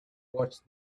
watched